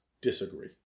Disagree